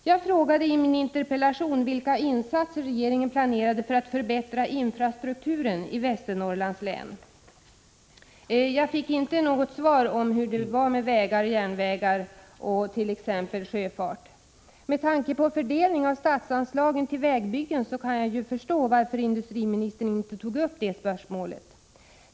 Jag frågade i min interpellation vilka insatser regeringen planerar för att förbättra infrastrukturen i Västernorrlands län. Jag fick inte något besked om vad som planeras beträffande t.ex. vägar, järnvägar och sjöfart. Med tanke på fördelningen av statsanslagen till vägbyggen kan jag förstå att industriministern inte tog upp det spörsmålet.